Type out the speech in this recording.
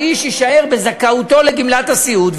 האיש יישאר בזכאותו לגמלת הסיעוד,